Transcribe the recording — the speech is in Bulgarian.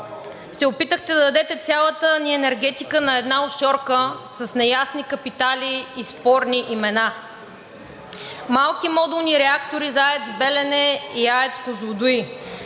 се опитахте да дадете цялата ни енергетика на една офшорка с неясни капитали и спорни имена. Малки модулни реактори за АЕЦ „Белене“ и АЕЦ „Козлодуй“,